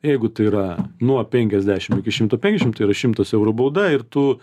jeigu tai yra nuo penkiasdešim iki šimto penkiasdešim tai yra šimtas eurų bauda ir tu